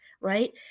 right